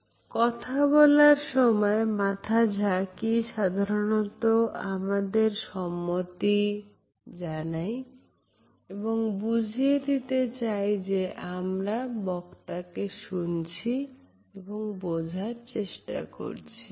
আপনা কথা বলার সময় মাথা ঝাঁকিয়ে সাধারণত আমাদের সম্মতিতেই এবং বুঝিয়ে দিতে চাই যে আমরা বক্তাকে শুনছি এবং বোঝার চেষ্টা করছি